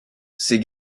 ses